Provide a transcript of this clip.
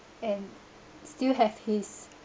and still have his